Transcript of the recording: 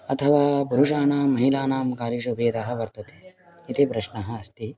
अथवा पुरुषाणां महिलानां कार्येषु भेदः वर्तते इति प्रश्नः अस्ति